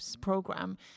program